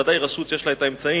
ודאי רשות שיש לה האמצעים